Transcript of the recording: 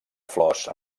flors